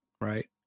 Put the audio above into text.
right